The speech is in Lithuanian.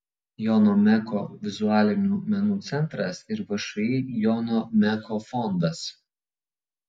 jono meko vizualinių menų centras ir všį jono meko fondas